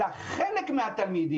אלא רק לחלק מהתלמידים